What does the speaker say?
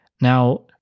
Now